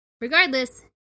Regardless